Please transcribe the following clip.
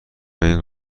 این